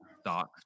stock